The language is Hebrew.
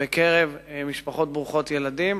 בקרב משפחות ברוכות ילדים